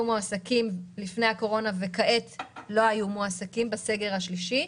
מועסקים לפני הקורונה ולא היו מועסקים בסגר השלישי.